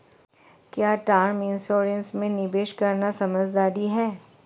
क्या term insurance में निवेश करना समझदारी है?